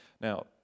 Now